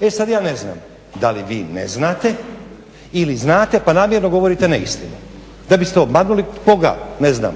E sad ja ne znam da li vi ne znate ili znate pa namjerno govorite neistinu da biste obmanuli koga, ne znam